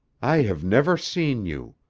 i have never seen you.